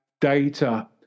data